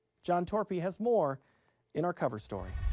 john torpy has more in our cover story.